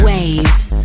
Waves